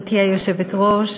גברתי היושבת-ראש,